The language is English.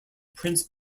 prince